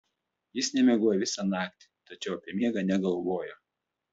jis nemiegojo visą naktį tačiau apie miegą negalvojo